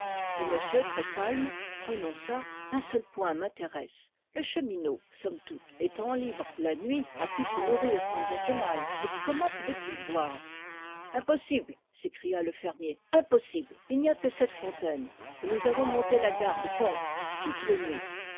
le monsieur très calme prononça un seul point m'intéresse le chemineau somme toute étant libre la nuit a pu se nourrir tant bien que mal mais comment pouvait-il boire impossible s'écria le fermier impossible il n'y a que cette fontaine et nous avons monté la garde contre toutes les nuits